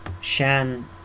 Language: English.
Shan